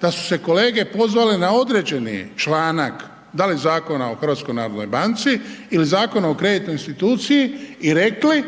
da su se kolege pozvale na određeni članak, da li Zakona o HNB-u ili Zakona o kreditnoj instituciji i rekli